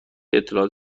اطلاعات